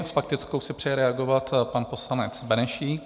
S faktickou si přeje reagovat pan poslanec Benešík.